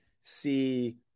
see